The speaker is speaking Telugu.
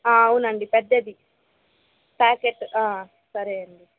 అవునండి పెద్దది ప్యాకెట్ సరే అండి